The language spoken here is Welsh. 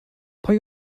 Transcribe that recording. pwy